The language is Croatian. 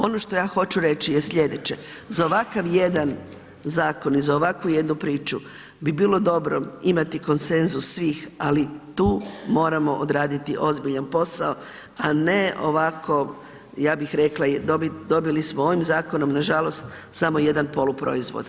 Ono što ja hoću reći je sljedeće, za ovakav jedan zakon i za ovakvu jednu priču bi bilo dobro imati konsenzus svih ali tu moramo odraditi ozbiljan posao a ne ovako ja bih rekla dobili smo ovim zakonom nažalost samo jedna poluproizvod.